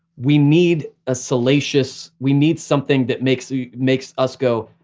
we need a salacious, we need something that makes ah makes us go,